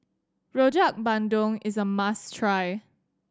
Rojak Bandung is a must try